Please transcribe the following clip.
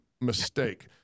mistake